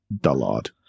dullard